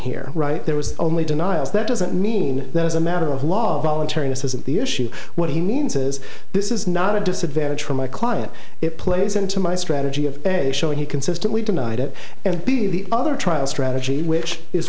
here right there was only denials that doesn't mean that as a matter of law voluntariness isn't the issue what he means is this is not a disadvantage for my client it plays into my strategy of showing he consistently denied it and the other trial strategy which is